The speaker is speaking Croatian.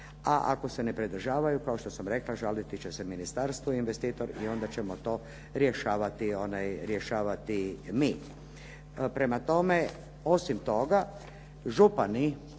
a ako se ne pridržavaju kao što sam rekla žaliti će se ministarstvo investitor i onda ćemo to rješavati mi.